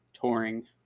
touring